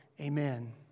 Amen